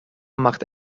machte